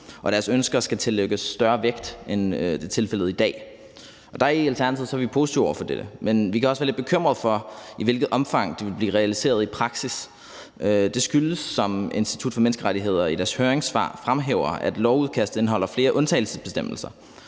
og deres ønsker skal tillægges større vægt, end tilfældet er i dag. I Alternativet er vi positive over for dette, men vi kan også være lidt bekymrede for, i hvilket omfang det vil blive realiseret i praksis. Det skyldes, som Institut for Menneskerettigheder i deres høringssvar fremhæver, at lovudkastet indeholder flere undtagelsesbestemmelser,